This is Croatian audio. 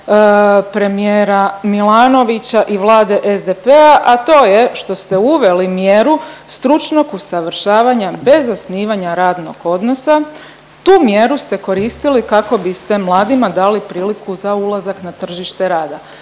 premijera Milanovića i Vlade SDP-a, a to je što ste uveli mjeru stručnog usavršavanja bez zasnivanja radnog odnosa. Tu mjeru ste koristili kako biste mladima dali priliku za ulazak na tržište rada.